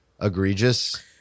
egregious